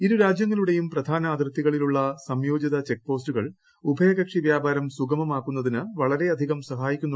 ഇരു രാജ്യങ്ങളുടേയും പ്രധാന അതിർത്തികളിലുള്ള സംയോജിത ചെക്ക് പോസ്റ്റുകൾ ഉഭയകക്ഷി വ്യാപാരം സുഗമമാക്കുന്നതിന് വളരെയധികം സഹായിക്കുന്നുണ്ടെന്ന് അദ്ദേഹം പറഞ്ഞു